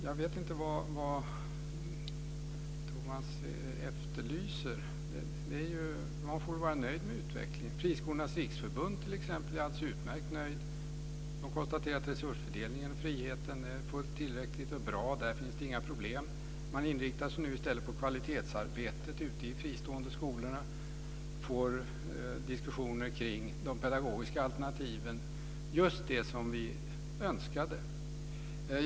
Jag vet inte vad Tomas efterlyser. Man får vara nöjd med utvecklingen. I Friskolornas riksförbund är man alldeles utmärkt nöjd. Man konstaterar att resursfördelningen och friheten är fullt tillräcklig och bra. Där finns det inga problem. Man inriktar sig nu i stället på kvalitetsarbetet ute i de fristående skolorna och får diskussioner kring de pedagogiska alternativen - just det som vi önskade.